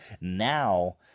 now